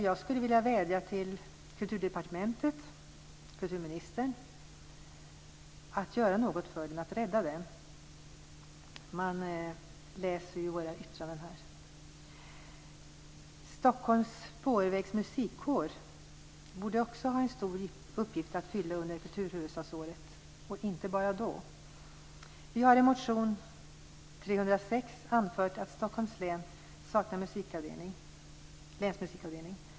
Jag skulle vilja vädja till Kulturdepartementet och till kulturministern att göra något för den, att rädda den. Stockholms Spårvägsmäns Musikkår borde också ha en stor uppgift att fylla under kulturhuvudstadsåret, och inte bara då. Vi har i motion Kr306 anfört att Stockholms län saknar länsmusikavdelning.